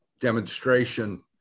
demonstration